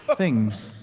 ah things?